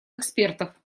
экспертов